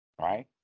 right